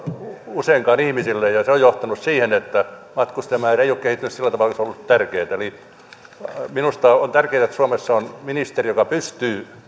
useinkaan ihmisille ja se on johtanut siihen että matkustajamäärä ei ole kehittynyt sillä tavalla kuin olisi ollut tärkeätä minusta on tärkeää että suomessa on ministeri joka pystyy